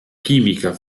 chimica